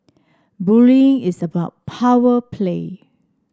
bullying is about power play